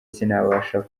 sinabasha